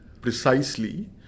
precisely